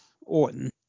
Orton